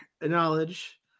knowledge